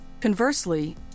Conversely